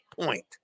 Point